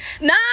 No